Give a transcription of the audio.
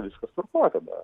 viskas tvarkoj tada